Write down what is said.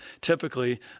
typically